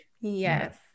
yes